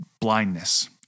blindness